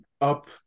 up